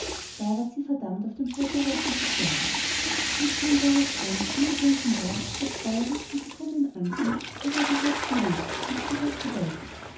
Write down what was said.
da ward sie verdammt auf dem scheiterhaufen zu sterben wie sie nun darauf stand angebunden war und das feuer rings schon zu brennen anfing da ward ihr herz bewegt und sie gedachte bei sich